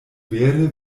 vere